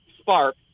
spark